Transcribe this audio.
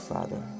Father